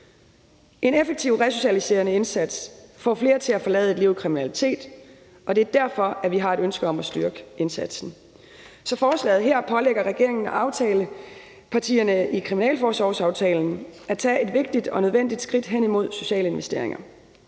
En effektiv resocialiserende indsats får flere til at forlade et liv i kriminalitet. Og det er derfor, at vi har et ønske om at styrke indsatsen. Så forslaget her pålægger regeringen og aftalepartierne i kriminalforsorgsaftalen at tage et vigtigt og nødvendigt skridt hen imod sociale investeringer.